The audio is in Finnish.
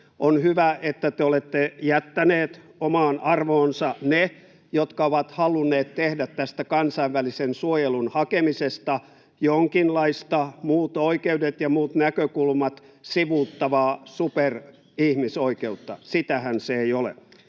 On hyvä, että te olette jättäneet omaan arvoonsa ne, jotka ovat halunneet tehdä tästä kansainvälisen suojelun hakemisesta jonkinlaista muut oikeudet ja muut näkökulmat sivuuttavaa superihmisoikeutta. Sitähän se ei ole.